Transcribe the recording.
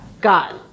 God